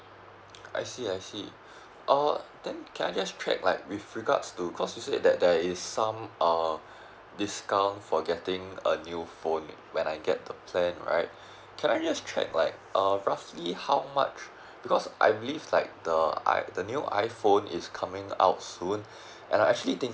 I see I see oh then can I just check like with regards to because you say that there is some uh discount for getting a new phone when I get the plan right can I just check like uh roughly how much because I believe like the i the new iPhone is coming out soon and actually thinking